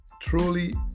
truly